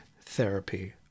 therapy